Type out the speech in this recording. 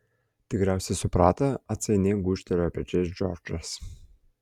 tikriausiai suprato atsainiai gūžtelėjo pečiais džordžas